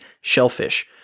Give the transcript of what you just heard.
shellfish